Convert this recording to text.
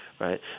right